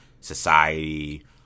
society